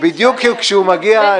נמצא פה זה כאילו הוא לא הגיש את הערעור,